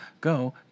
Go